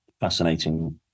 fascinating